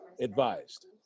advised